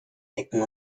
ecken